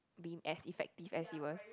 be as effective as it was